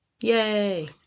Yay